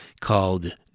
called